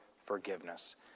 forgiveness